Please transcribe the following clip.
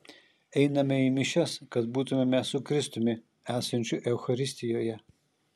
einame į mišias kad būtumėme su kristumi esančiu eucharistijoje